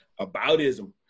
aboutism